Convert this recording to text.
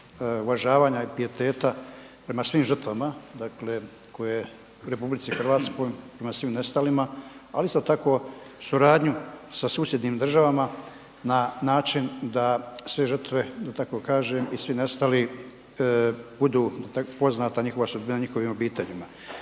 uvažavanja piateta prema svim žrtvama, dakle, koje u RH prema svim nestalima, ali isto tako suradnju sa susjednim državama na način da sve žrtve, da tako kažem, i svi nestali budu poznata njihova sudbina njihovim obiteljima.